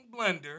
blender